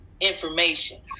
information